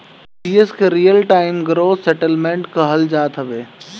RTGS के real time gross settlement कहल जात हवे